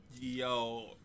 Yo